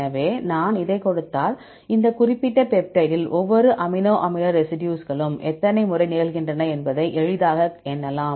எனவே நான் இதைக் கொடுத்தால் இந்த குறிப்பிட்ட பெப்டைடில் ஒவ்வொரு அமினோ அமில ரெசிடியூஸ்களும் எத்தனை முறை நிகழ்கின்றன என்பதை எளிதாக எண்ணலாம்